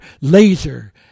laser